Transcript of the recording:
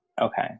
Okay